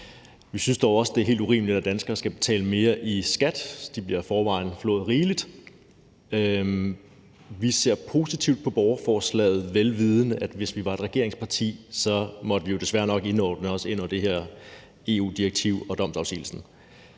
Vi synes dog også, det er helt urimeligt, at danskerne skal betale mere i skat – de bliver i forvejen flået rigeligt. Vi ser positivt på borgerforslaget, vel vidende at hvis vi var et regeringsparti, måtte vi jo desværre nok indordne os under det her EU-direktiv og domsafsigelsen.